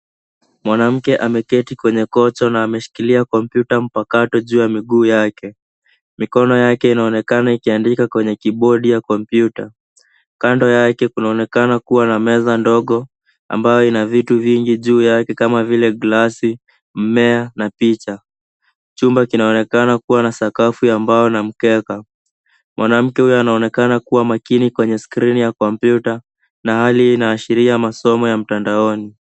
Mwanamke ameketi kwenye kocha na ameshikilia kompyuta mpakato juu ya miguu yake. Mikono yake inaonekana ikiandika kwenye kibodi ya kompyuta. Kando yake kunaonekana kuwa na meza ndogo ambayo ina vitu vingi juu yake kama vile glasi , mmea na picha. Chumba kinaonekana kuwa na sakafu ya mbao na mkeka. Mwanamke huyo anaonekana kuwa makini kwenye skrini ya kompyuta na hali inaashiria masomo ya mtandaoni.